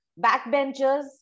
backbenchers